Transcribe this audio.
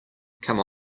come